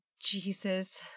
Jesus